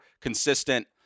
consistent